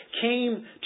came